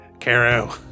Caro